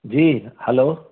जी hello